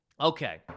Okay